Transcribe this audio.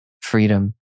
freedom